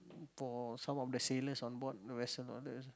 for some of the sailors onboard the vessel or the